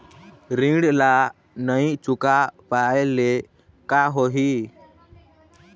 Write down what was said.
ऋण ला नई चुका पाय ले का होही?